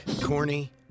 Corny